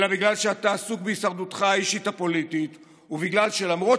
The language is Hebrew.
אלא בגלל שאתה עסוק בהישרדותך האישית הפוליטית ובגלל שלמרות